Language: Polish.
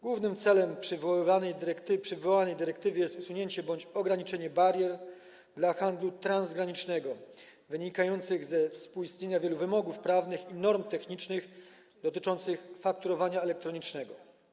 Głównym celem przywołanej dyrektywy jest usunięcie bądź ograniczenie barier dla handlu transgranicznego, wynikających ze współistnienia wielu wymogów prawnych i norm technicznych dotyczących fakturowania elektronicznego.